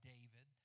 David